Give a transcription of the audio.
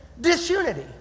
disunity